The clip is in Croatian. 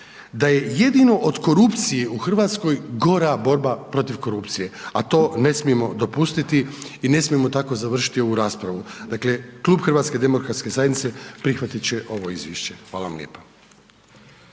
da je jedino od korupcije u Hrvatskoj gora borba protiv korupcije, a to ne smijemo dopustiti i ne smijemo tako završiti ovu raspravu. Dakle, Klub HDZ-a prihvati će ovo izvješće. Hvala lijepo.